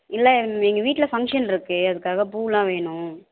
இல்லை எங் எங்கள் வீட்டில் ஃபங்க்ஷன் இருக்கு அதுக்காக பூவுலாம் வேணும்